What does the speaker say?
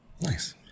Nice